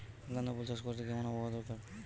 গাঁদাফুল চাষ করতে কেমন আবহাওয়া দরকার?